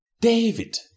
David